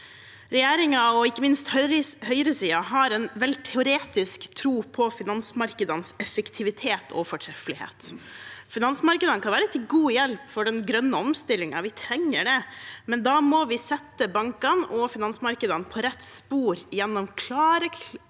Regjeringen, og ikke minst høyresiden, har en vel teoretisk tro på finansmarkedenes effektivitet og fortreffelighet. Finansmarkedene kan være til god hjelp for den grønne omstillingen. Vi trenger det, men da må vi sette bankene og finansmarkedene på rett spor gjennom klare krav til